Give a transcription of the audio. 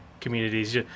communities